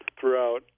throughout